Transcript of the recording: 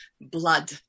blood